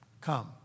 come